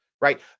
right